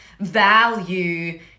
value